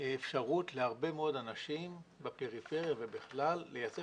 אפשרות להרבה מאוד אנשים בפריפריה ובכלל לייצר